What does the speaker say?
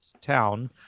town